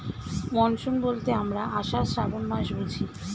monsoon বলতে আমরা আষাঢ়, শ্রাবন মাস বুঝি